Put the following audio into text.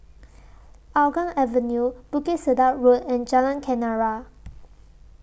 Hougang Avenue Bukit Sedap Road and Jalan Kenarah